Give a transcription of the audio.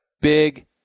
Big